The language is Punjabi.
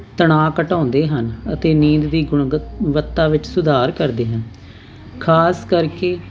ਤਣਾਅ ਘਟਾਉਂਦੇ ਹਨ ਅਤੇ ਨੀਂਦ ਦੀ ਗੁਣਵੱਤਾ ਵਿੱਚ ਸੁਧਾਰ ਕਰਦੇ ਹਨ ਖਾਸ ਕਰਕੇ